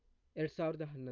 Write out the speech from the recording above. ಎರಡು ಸಾವಿರದ ಹನ್ನೊಂದು